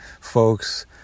folks